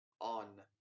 on